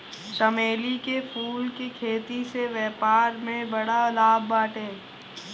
चमेली के फूल के खेती से व्यापार में बड़ा लाभ बाटे